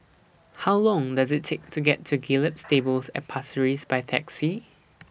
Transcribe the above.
How Long Does IT Take to get to Gallop Stables At Pasir Ris By Taxi